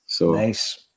Nice